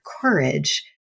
courage